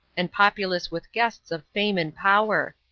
and populous with guests of fame and power,